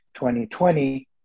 2020